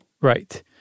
Right